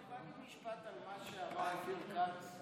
אני יכול להגיד משפט על מה שאמר אופיר כץ,